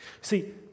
See